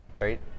right